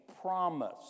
promise